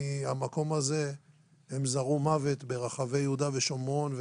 מהמקום הזה הם זרעו מוות ברחבי יהודה ושומרון,